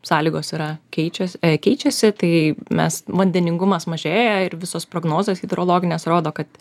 sąlygos yra keičias keičiasi tai mes vandeningumas mažėja ir visos prognozės hidrologinės rodo kad